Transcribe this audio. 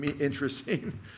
interesting